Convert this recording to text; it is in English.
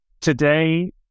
today